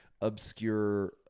obscure